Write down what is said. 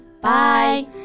Bye